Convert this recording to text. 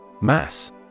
Mass